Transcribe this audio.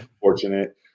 fortunate